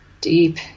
deep